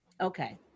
Okay